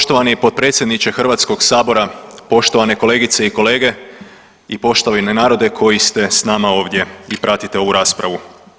Poštovani potpredsjedniče Hrvatskog sabora, poštovane kolegice i kolege i poštovani narode koji ste sa nama ovdje i pratite ovu raspravu.